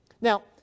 Now